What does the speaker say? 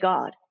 God